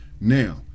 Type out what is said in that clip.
now